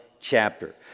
chapter